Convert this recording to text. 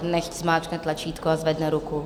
Nechť zmáčkne tlačítko a zvedne ruku.